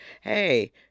hey